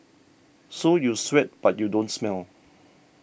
so you sweat but you don't smell